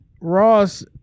Ross